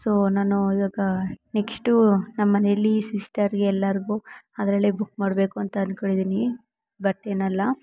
so ನಾನು ಇವಾಗ next ನಮ್ಮನೇಲಿ ಸಿಸ್ಟರಿಗೆ ಎಲ್ಲಾರಿಗು ಅದರಲ್ಲೆ ಬುಕ್ ಮಾಡಬೇಕು ಅಂತ ಅಂದ್ಕೊಂಡಿದ್ದೀನಿ ಬರ್ತೀನಲ್ಲ